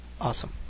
Awesome